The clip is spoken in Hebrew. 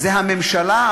זה הממשלה,